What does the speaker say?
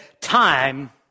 time